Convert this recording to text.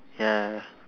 ya